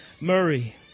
Murray